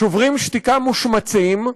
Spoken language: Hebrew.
"שוברים שתיקה" מושמצים,